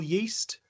Yeast